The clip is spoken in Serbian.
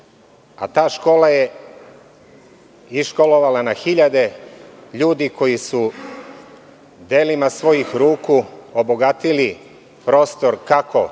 a ta škola je iškolovala na hiljade ljudi koji su delima svojih ruku obogatili prostor kako